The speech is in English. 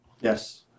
Yes